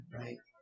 right